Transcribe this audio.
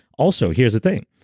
also, here's the thing,